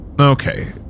Okay